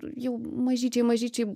jau mažyčiai mažyčiai